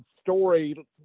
story